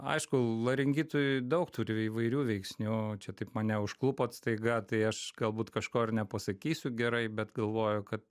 aišku laringitui daug turi įvairių veiksnių čia taip mane užklupot staiga tai aš galbūt kažko ir nepasakysiu gerai bet galvoju kad